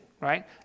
right